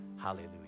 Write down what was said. hallelujah